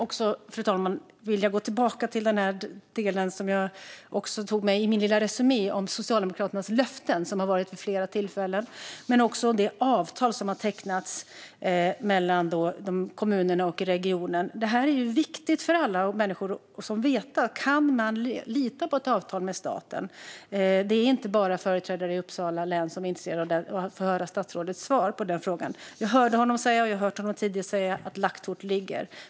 Jag skulle vilja gå tillbaka till den del som jag tog med i min lilla resumé om Socialdemokraternas löften vid flera tillfällen men också till det avtal som har tecknats med kommunerna och regionen. Det är viktigt för alla människor att veta om man kan lita på ett avtal med staten. Det är inte bara företrädare i Uppsala län som är intresserade av statsrådets svar på den frågan. Jag hörde honom säga - jag har hört honom säga det tidigare - att lagt kort ligger.